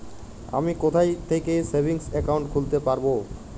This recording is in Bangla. আমি কোথায় থেকে সেভিংস একাউন্ট খুলতে পারবো?